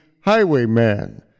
Highwayman